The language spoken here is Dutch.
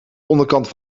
onderkant